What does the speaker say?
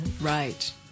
Right